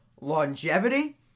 longevity